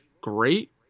great